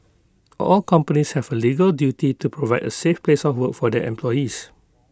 all companies have A legal duty to provide A safe place of work for their employees